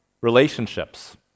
relationships